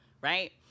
right